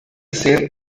ser